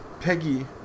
Peggy